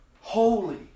holy